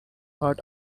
out